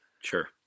sure